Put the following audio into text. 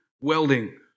welding